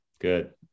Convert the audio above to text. good